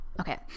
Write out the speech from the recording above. Okay